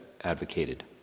advocated